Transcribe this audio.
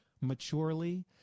maturely